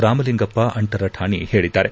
ರಾಮಲಿಂಗಪ್ಪ ಅಂಟರಕಾಣಿ ಹೇಳಿದ್ದಾರೆ